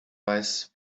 weiß